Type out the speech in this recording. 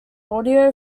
audio